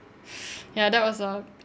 ya that was a